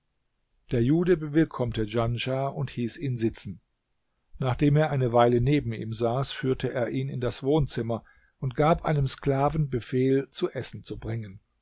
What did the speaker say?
der jude bewillkommte djanschah und hieß ihn sitzen nachdem er eine weile neben ihm saß führte er ihn in das wohnzimmer und gab einem sklaven befehl zu essen zu bringen